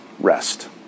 rest